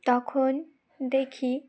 তখন দেখি